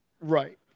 Right